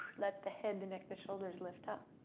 let the head, the neck, the shoulders lift up.